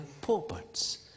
pulpits